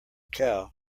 cow